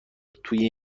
توی